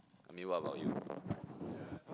I mean what about you